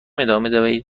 ادامه